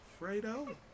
Fredo